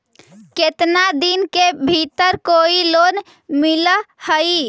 केतना दिन के भीतर कोइ लोन मिल हइ?